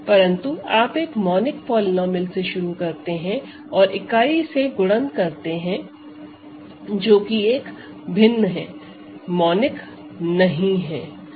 परंतु आप एक मोनिक पॉलीनोमिअल से शुरू करते हैं और इकाई से गुणन करते हैं जो कि एक भिन्न है मोनिक नहीं रहता